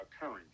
occurring